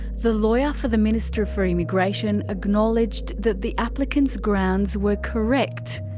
the lawyer for the minister for immigration acknowledged that the applicant's grounds were correct.